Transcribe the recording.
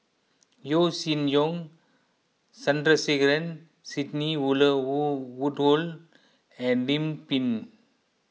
Yeo Shih Yun Sandrasegaran Sidney Woodhull and Lim Pin